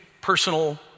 personal